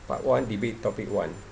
part one debate topic one